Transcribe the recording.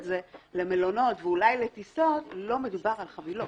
זה למלונות ואולי לטיסות לא מדברת על חבילות.